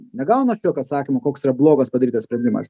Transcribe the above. negaunu aš jokio atsakymo koks yra blogas padarytas sprendimas